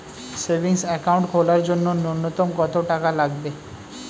Savings account খোলার জন্য নূন্যতম কত টাকা লাগবে?